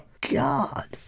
God